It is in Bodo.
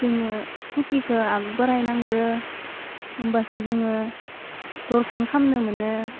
जोङो टुकिखौ आग बरायनांगो होनबासो जोङो दरसन खालामनो मोनो